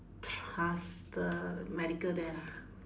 trust the medical there lah